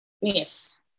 Yes